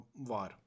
VAR